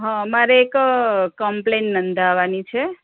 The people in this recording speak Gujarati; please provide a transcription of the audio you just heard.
મારે એક કમ્પ્લેન નોંધાવવાની છે